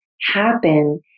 happen